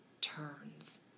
turns